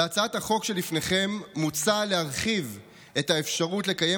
בהצעת החוק שלפניכם מוצע להרחיב את האפשרות לקיים